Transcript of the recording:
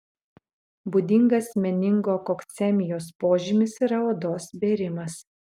būdingas meningokokcemijos požymis yra odos bėrimas